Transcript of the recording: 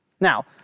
Now